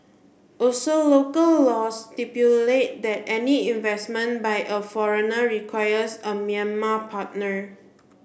also local laws stipulate that any investment by a foreigner requires a Myanmar partner